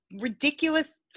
ridiculous